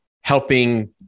helping